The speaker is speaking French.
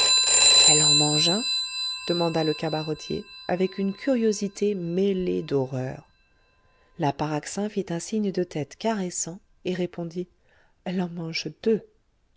elle en mange un demanda le cabaretier avec une curiosité mêlée d'horreur la paraxin fit un signe de tête caressant et répondit elle en mange deux